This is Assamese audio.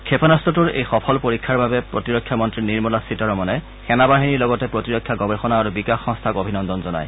ক্ষেপণাস্ত্ৰটোৰ এই সফল পৰীক্ষাৰ বাবে প্ৰতিৰক্ষামন্নী নিৰ্মলা সীতাৰামনে সেনা বাহিনীৰ লগতে প্ৰতিৰক্ষা গৱেষণা আৰু বিকাশ সংস্থাক অভিনন্দন জনায়